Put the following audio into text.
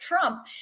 Trump